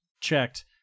checked